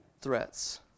threats